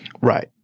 Right